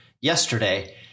yesterday